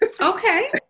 Okay